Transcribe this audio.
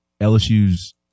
LSU's